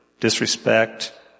Disrespect